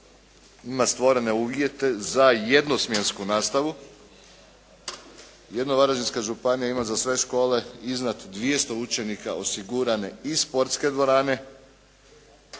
ima stvorene uvjete za jednosmjensku nastavu. Jedino Varaždinska županija ima za sve škole iznad 200 učenika osigurane i sportske dvorane,